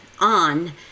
on